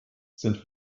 sind